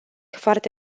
foarte